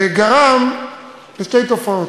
גרם לשתי תופעות.